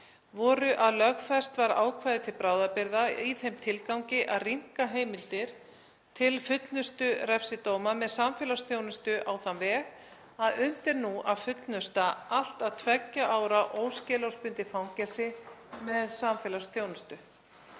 voru að lögfest var ákvæði til bráðabirgða í þeim tilgangi að rýmka heimildir til fullnustu refsidóma með samfélagsþjónustu á þann veg að unnt er nú að fullnusta allt að tveggja ára óskilorðsbundið fangelsi með samfélagsþjónustu.